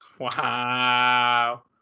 wow